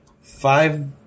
five